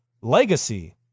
legacy